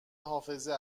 حافظه